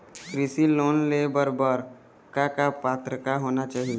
कृषि लोन ले बर बर का का पात्रता होना चाही?